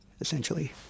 essentially